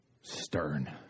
stern